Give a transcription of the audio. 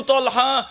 Talha